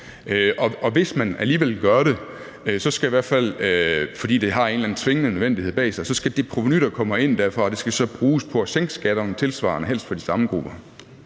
Og hvis man alligevel gør det, skal det i hvert fald være, fordi det har en eller anden tvingende nødvendighed bag sig, og så skal det provenu, der kommer ind derfra, bruges på at sænke andre skatter tilsvarende, helst for de samme grupper.